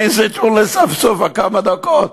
מעין-זיתים לספסופה, כמה דקות,